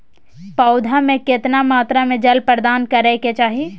पौधा में केतना मात्रा में जल प्रदान करै के चाही?